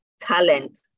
talent